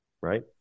right